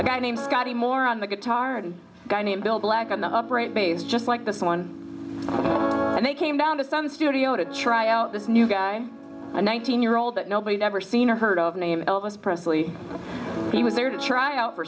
a guy named scotty more on the guitar and a guy named bill black an upright bass just like this one and they came down to some studio to try out this new guy in one thousand year old that nobody ever seen or heard of the name elvis presley he was there to try out for